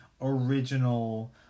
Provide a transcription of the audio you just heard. original